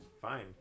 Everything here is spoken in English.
Fine